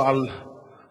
לא על הראשון,